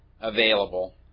available